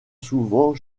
souvent